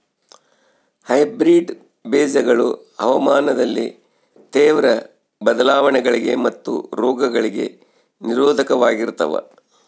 hybrid ಬೇಜಗಳು ಹವಾಮಾನದಲ್ಲಿನ ತೇವ್ರ ಬದಲಾವಣೆಗಳಿಗೆ ಮತ್ತು ರೋಗಗಳಿಗೆ ನಿರೋಧಕವಾಗಿರ್ತವ